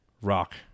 rock